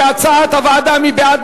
כהצעת הוועדה.